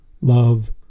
love